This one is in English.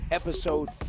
episode